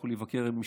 שיוכלו לבקר משפחות.